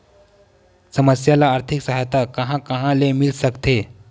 समस्या ल आर्थिक सहायता कहां कहा ले मिल सकथे?